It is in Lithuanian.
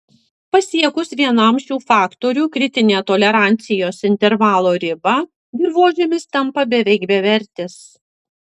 pasiekus vienam šių faktorių kritinę tolerancijos intervalo ribą dirvožemis tampa beveik bevertis